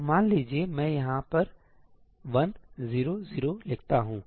तो मान लीजिए मैं यहाँ पर 1 0 0 लिखता हूँ